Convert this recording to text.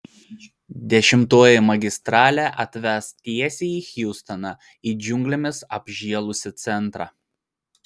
dešimtoji magistralė atves tiesiai į hjustoną į džiunglėmis apžėlusį centrą